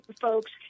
folks